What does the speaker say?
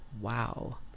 wow